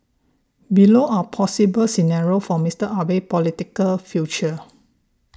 below are possible scenarios for Mister Abe's political future